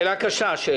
שאלה קשה, השאלה הזאת.